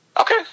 Okay